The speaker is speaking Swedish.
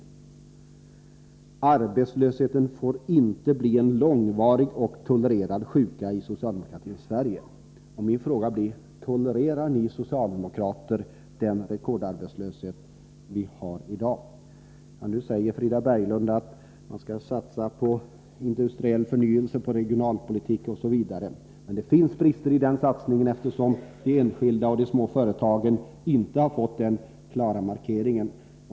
——— Arbetslöshet får inte bli en långvarig och tolererad sjuka i socialdemokratins Sverige.” Min fråga blir: Tolererar ni socialdemokrater den rekordarbetslöshet vi har i dag? Nu säger Frida Berglund att man skall satsa på industriell förnyelse, på regionalpolitik osv. Men det finns brister i den satsningen, eftersom de enskilda och de små företagen inte har fått den klara markeringen.